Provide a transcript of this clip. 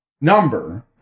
number